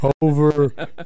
over